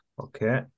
Okay